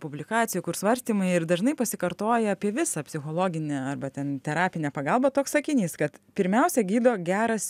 publikacijų kur svarstymai ir dažnai pasikartoja apie visą psichologinę arba ten terapinę pagalbą toks sakinys kad pirmiausia gydo geras